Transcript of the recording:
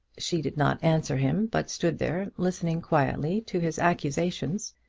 she did not answer him, but stood there, listening quietly to his accusations.